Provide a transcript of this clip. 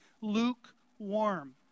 lukewarm